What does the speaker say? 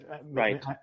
right